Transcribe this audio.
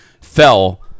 fell